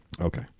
Okay